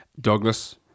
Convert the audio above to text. Douglas